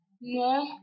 no